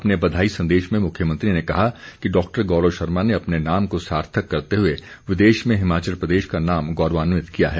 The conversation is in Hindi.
अपने बधाई संदेश में मुख्यमंत्री ने कहा कि डॉक्टर गौरव शर्मा ने अपने नाम को सार्थक करते हुए विदेश में हिमाचल प्रदेश का नाम गौरवान्वित किया है